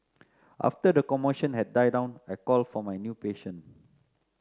after the commotion had died down I called for my new patient